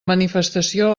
manifestació